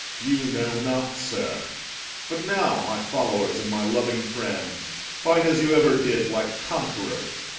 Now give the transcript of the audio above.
you know not, sir but now, my followers and my loving friends, fight as you ever did, like conquerors,